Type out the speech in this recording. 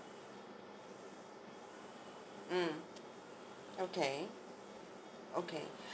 mm okay okay